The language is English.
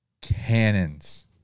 cannons